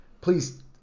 Please